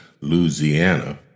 Louisiana